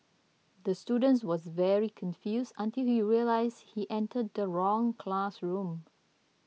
the students was very confused until he realised he entered the wrong classroom